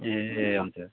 ए हजुर